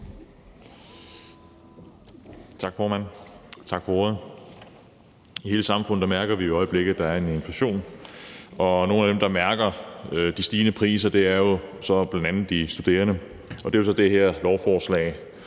Tak, formand. Og tak for ordet. I hele samfundet mærker vi i øjeblikket, at der er en inflation, og nogle af dem, der mærker de stigende priser, er jo så bl.a. de studerende. Med det her lovforslag